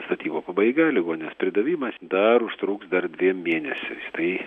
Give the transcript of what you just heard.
statybų pabaiga ligoninės pridavimas dar užtruks dar dviem mėnesiais tai